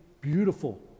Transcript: beautiful